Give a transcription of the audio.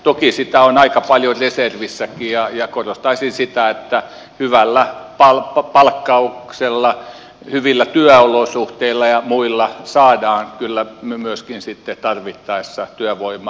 toki sitä on aika paljon reservissäkin ja korostaisin sitä että hyvällä palkkauksella hyvillä työolosuhteilla ja muilla saadaan kyllä myöskin sitten tarvittaessa työvoimaa